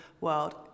world